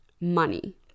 money